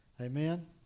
Amen